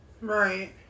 Right